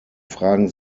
fragen